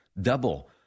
Double